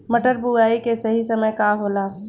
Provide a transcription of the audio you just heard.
मटर बुआई के सही समय का होला?